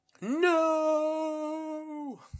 No